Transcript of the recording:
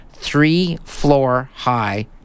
three-floor-high